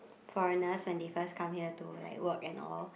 foreigners when they first come here to like work and all